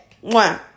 One